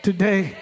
Today